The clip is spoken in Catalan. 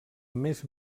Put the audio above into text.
més